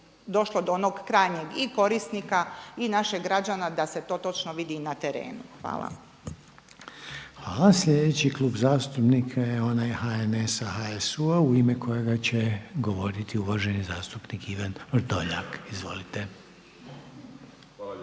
došlo do onog krajnjeg i korisnika i našeg građana da se to točno vidi i na terenu. Hvala. **Reiner, Željko (HDZ)** Hvala. Sljedeći Klub zastupnika je onaj HNS-a, HSU-a u ime kojega će govoriti uvaženi zastupnik Ivan Vrdoljak. Izvolite.